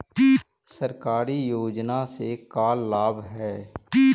सरकारी योजना से का लाभ है?